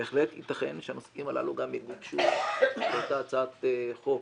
בהחלט יתכן שהנושאים הללו גם יגובשו באותה הצעת חוק